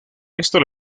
esto